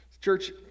Church